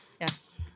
yes